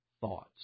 thoughts